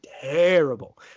terrible